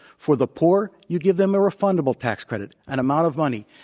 for the poor, you give them a refundable tax credit, an amount of money.